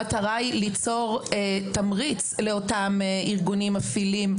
המטרה היא ליצור תמריץ, לאותם ארגונים מפעילים,